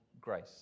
grace